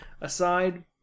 aside